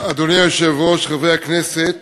אדוני היושב-ראש, חברי הכנסת,